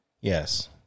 Yes